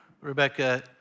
Rebecca